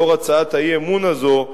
לאור הצעת האי-אמון הזו,